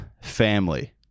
family